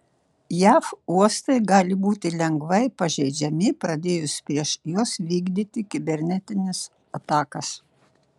jav uostai gali būti lengvai pažeidžiami pradėjus prieš juos vykdyti kibernetines atakas